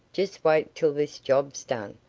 just wait till this job's done.